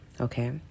okay